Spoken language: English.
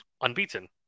unbeaten